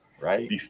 Right